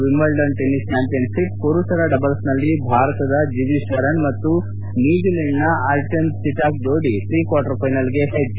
Wimbledon tennis championship ಪುರುಷರ ಡಬಲ್ಸ್ನಲ್ಲಿ ಭಾರತದ ದಿವಿಜ್ ಶರಣ್ ಮತ್ತು ನ್ನೂಜಿಲೆಂಡ್ನ ಆರ್ಟೆಮ್ ಸಿಟಾಕ್ ಜೋಡಿ ಪ್ರೀಕ್ಷಾರ್ಟಲ್ ಫೈನಲ್ಸ್ಗೆ ಹೆಜ್ಲೆ